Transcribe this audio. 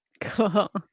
Cool